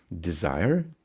desire